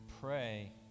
pray